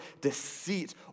deceit